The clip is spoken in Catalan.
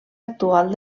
actual